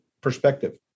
perspective